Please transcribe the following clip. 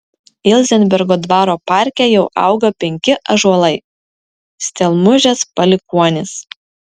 ilzenbergo dvaro parke jau auga penki ąžuolai stelmužės palikuonys